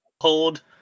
hold